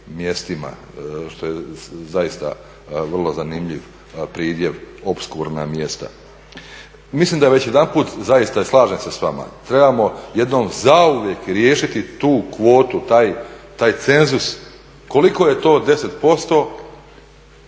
mjestima što je zaista vrlo zanimljiv pridjev, opskurna mjesta. Mislim da već jedanput zaista i slažem se sa vama trebamo jednom zauvijek riješiti tu kvotu, taj cenzus koliko je to 10%